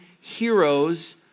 heroes